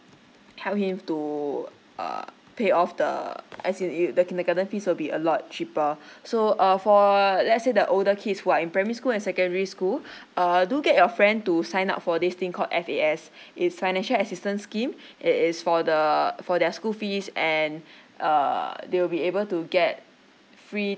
help him to uh pay off the as in it the kindergarten fees will be a lot cheaper so uh for let's say the older kids who are in primary school and secondary school err do get your friend to sign up for this thing called F_A_S it's financial assistance scheme it is for the for their school fees and uh they will be able to get free